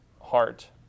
heart